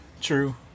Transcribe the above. true